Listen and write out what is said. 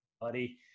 buddy